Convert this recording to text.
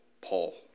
Paul